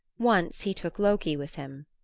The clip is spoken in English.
once he took loki with him,